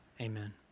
amen